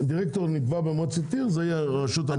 דירקטור נקבע במועצת עיר, זה יהיה הרשות המקומית.